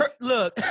Look